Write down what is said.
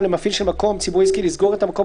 למפעיל של מקום ציבורי או עסקי לסגור את המקום,